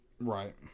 Right